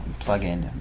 plugin